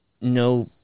no